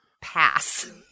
pass